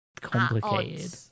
complicated